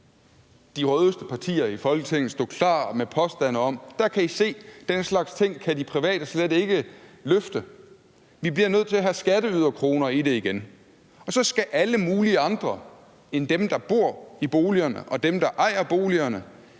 de rødeste partier i Folketinget stå klar med påstanden: Der kan I se; den slags ting kan de private slet ikke løfte; vi bliver nødt til at have skatteyderkroner i det igen. Og så skal alle mulige andre, end dem der bor i boligerne, og dem, der ejer boligerne,